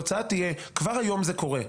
כבר היום זה קורה,